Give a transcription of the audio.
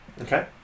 Okay